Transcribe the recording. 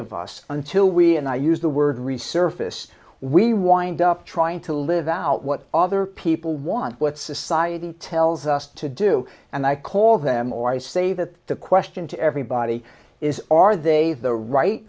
of us until we and i use the word resurface we wind up trying to live out what other people want what society tells us to do and i call them or i say that the question to everybody is are they the right